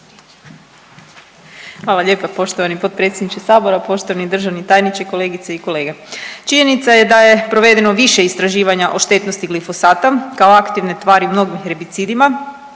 Hvala lijepa poštovani potpredsjedniče HS-a, poštovani državni tajniče, kolegice i kolege. Činjenica je da je provedeno više istraživanja o štetnosti glifosata, kao aktivne tvari u mnogim herbicidima